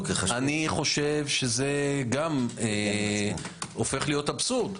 זה הופך להיות אבסורד.